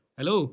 Hello